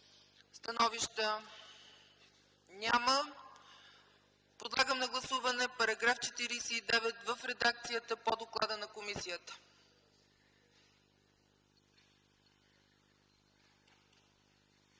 Становища? Няма. Подлагам на гласуване § 49 в редакцията по доклада на комисията.